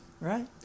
Right